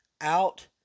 out